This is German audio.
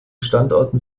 standorten